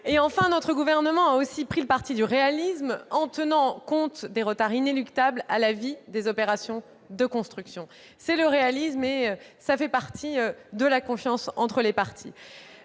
! Enfin, notre gouvernement a aussi pris le parti du réalisme en tenant compte des retards inéluctables dans le cours des opérations de construction. Ce réalisme participe de la confiance entre les parties.